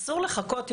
אסור לחכות יותר,